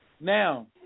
now